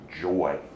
joy